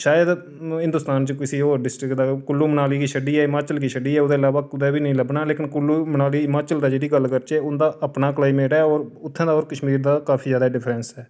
शायद हिंदोस्तान च किसे होर डिस्टक दा कुल्लू मनाली गी छड्डियै हिमाचल गी छड्डियै ओह्दे अलावा कुसै बी नेईं लब्भना लेकिन कुल्लू मनाली हिमाचल दी जेह्ड़ी गल्ल करचै उंदा अपना क्लाईमेट ऐ होर उत्थूं दा होर कश्मीर दा काफी जादा डिफर्रेंस ऐ